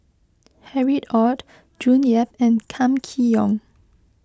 Harry Ord June Yap and Kam Kee Yong